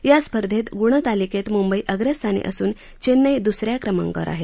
या स्पर्धेत गुणतालिकेत मुंबई अग्रस्थानी असून चेन्नई दुसऱ्या क्रमांकावर आहे